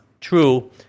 True